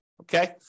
okay